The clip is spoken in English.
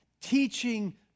teaching